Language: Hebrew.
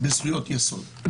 בזכויות יסוד.